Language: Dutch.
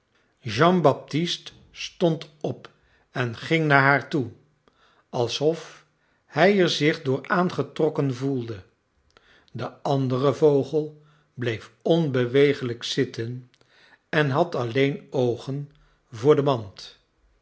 jean baptist stond op en ging naar haar toe als of hij er zich door aangetrokken voelde de andere vogel bleef onbewegelijk zitten en had alleen oogen voor de mand